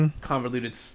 Convoluted